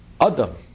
Adam